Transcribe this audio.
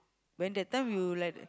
when that time you like that